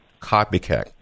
copycat